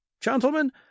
gentlemen